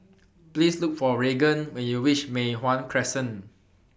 Please Look For Regan when YOU REACH Mei Hwan Crescent